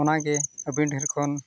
ᱚᱱᱟᱜᱮ ᱟᱵᱤᱱ ᱴᱷᱮᱠᱷᱚᱱ